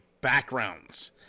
backgrounds